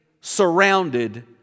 surrounded